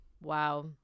Wow